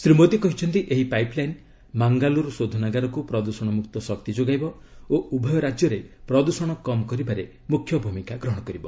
ଶ୍ରୀ ମୋଦୀ କହିଛନ୍ତି ଏହି ପାଇପ୍ଲାଇନ୍ ମାଙ୍ଗାଲୁରୁ ଶୋଧନାଗାରକୁ ପ୍ରଦ୍ଷଣ ମୁକ୍ତ ଶକ୍ତି ଯୋଗାଇବ ଓ ଉଭୟ ରାଜ୍ୟରେ ପ୍ରଦ୍ଷଣ କମ୍ କରିବାରେ ମୁଖ୍ୟ ଭୂମିକା ଗ୍ରହଣ କରିବ